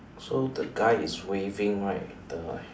so the guy is waving right the